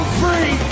free